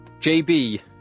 JB